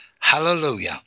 Hallelujah